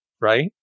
right